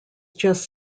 just